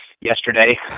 Yesterday